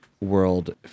world